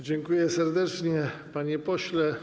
Dziękuję serdecznie, panie pośle.